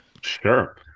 sure